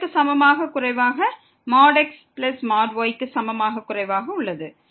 இது xyக்கு சமமாக அல்லது குறைவாக உள்ளது